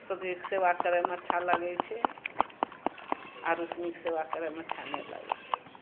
सभी कऽ सेवा करएमे अच्छा लगै छै आरो सुनिके सेवा करएमे अच्छा नहि लगै छै